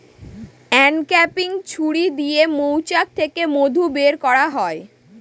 uncapping ছুরি দিয়ে মৌচাক থেকে মধু বের করা হয়